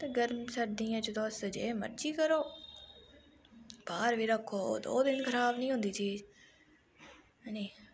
ते गर्मी सर्दियें च तुस जे मर्जी करो बाह्र बी रक्खो दो दिन खराब नी होंदी चीज हैनी